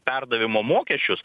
perdavimo mokesčius